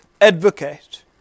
advocate